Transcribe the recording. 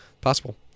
Possible